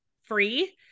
free